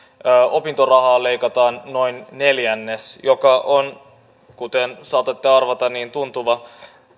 opintorahaa leikataan noin neljännes joka on kuten saatatte arvata tuntuva